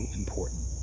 important